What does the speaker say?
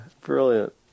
Brilliant